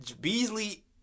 Beasley